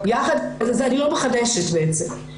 אני לא מחדשת בעצם.